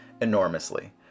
enormously